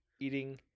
eating